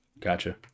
Gotcha